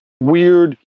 weird